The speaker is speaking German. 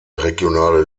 regionale